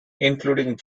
including